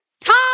Tom